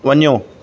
वञो